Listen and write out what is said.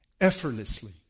Effortlessly